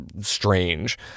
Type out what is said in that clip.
strange